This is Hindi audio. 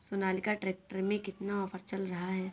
सोनालिका ट्रैक्टर में कितना ऑफर चल रहा है?